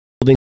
building